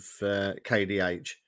kdh